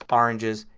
oranges,